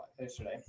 yesterday